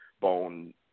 bone